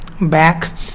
back